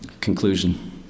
Conclusion